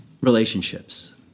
relationships –